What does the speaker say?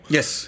Yes